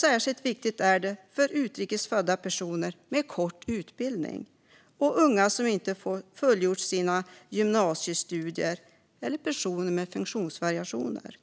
Särskilt viktigt är det för utrikes födda, personer med kort utbildning, unga som inte fullgjort sina gymnasiestudier och personer med funktionsvariationer.